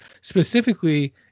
specifically